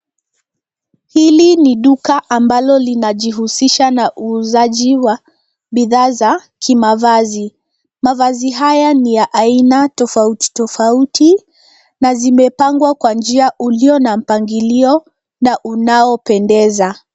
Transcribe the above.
Hili ni duka ambalo linajihusisha na uuazji wa bidhaa za kimavazi. Mavazi haya in ya aina tofautitofauti na zimepangwa kwa njia ulio na mpangilio na unaopendeza.